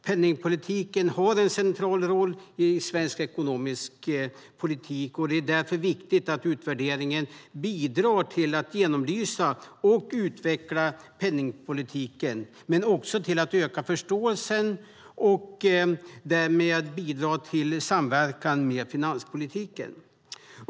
Penningpolitiken har en central roll i svensk ekonomisk politik, och det är därför viktigt att utvärderingen bidrar till att genomlysa och utveckla penningpolitiken men också öka förståelsen och därmed bidra till samverkan med finanspolitiken.